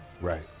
Right